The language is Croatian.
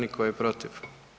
I tko je protiv?